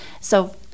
So-